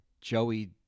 joey